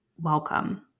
Welcome